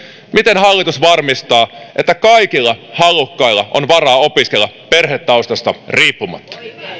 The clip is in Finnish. miten hallitus varmistaa että kaikilla halukkailla on varaa opiskella perhetaustasta riippumatta